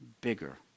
bigger